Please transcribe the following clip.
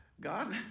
God